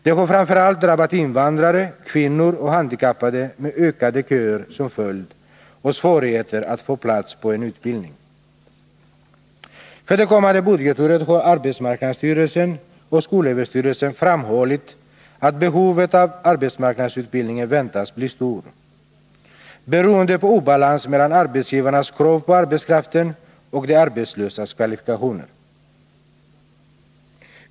Det har framför allt drabbat invandrare, kvinnor och handikappade med ökade köer som följd och svårigheter att få plats på en utbildning. För det kommande budgetåret har arbetsmarknadsstyrelsen och skolöverstyrelsen framhållit att behovet av AMU-utbildning väntas bli stort, beroende på obalans mellan arbetsgivarnas krav på arbetskraften och de arbetslösas kvalifikationer.